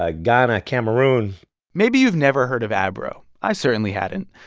ah ghana, cameroon maybe you've never heard of abro. i certainly hadn't.